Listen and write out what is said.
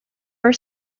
are